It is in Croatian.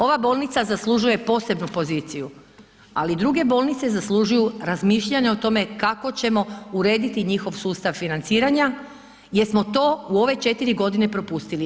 Ova bolnica zaslužuje posebnu poziciju, ali druge bolnice zaslužuju razmišljanje o tome kako ćemo urediti njihov sustav financiranja jer smo to u ove 4 godine propustili.